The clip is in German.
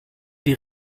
die